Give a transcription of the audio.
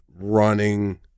running